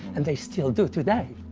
and they still do today.